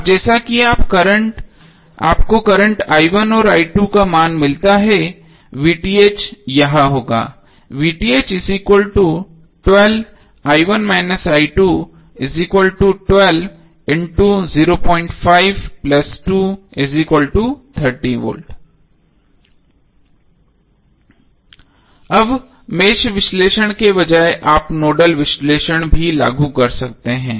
अब जैसा कि आपको करंट और का मान मिला है यह होगा V अब मेष विश्लेषण के बजाय आप नोडल विश्लेषण भी लागू कर सकते हैं